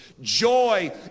joy